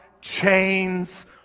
chains